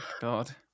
God